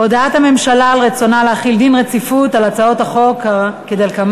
הודעת הממשלה על רצונה להחיל דין רציפות על הצעות חוק כדלקמן: